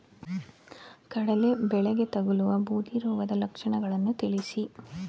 ಕಡಲೆ ಬೆಳೆಗೆ ತಗಲುವ ಬೂದಿ ರೋಗದ ಲಕ್ಷಣಗಳನ್ನು ತಿಳಿಸಿ?